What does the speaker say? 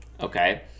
okay